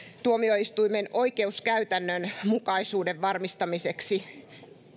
tuomioistuimen oikeuskäytännön mukaisuuden varmistamiseksi